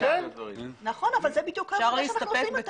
נכון, אבל זאת העבודה שאנחנו עושים.